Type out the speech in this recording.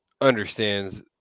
understands